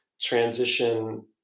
transition